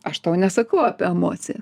aš tau nesakau apie emociją